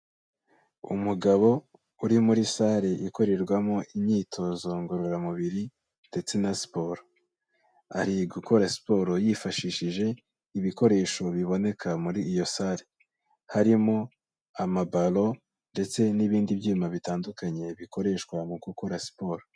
Umugabo uri muri sare ikorerwamo imyitozo ngororamubiri ndetse na siporo. Ari gukora siporo yifashishije ibikoresho biboneka muri iyo sare. Harimo amabaro ndetse n'ibindi byuma bitandukanye bikoreshwa mu gukora siporo.